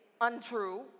untrue